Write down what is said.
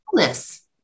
illness